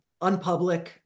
unpublic